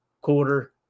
quarter